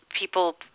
people